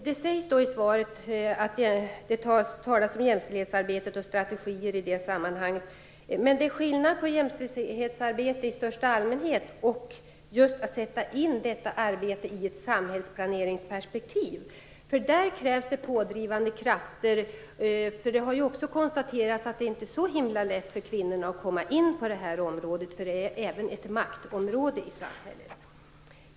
Det talas i svaret om jämställdhetsarbetet och strategier i det sammanhanget. Men det är skillnad på jämställdhetsarbete i största allmänhet och just att sätta in detta arbete i ett samhällsplaneringsperspektiv. Där krävs det pådrivande krafter. Det har också konstaterats att det inte är så himla lätt för kvinnorna att komma in på detta område, som även är ett maktområde i samhället.